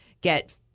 get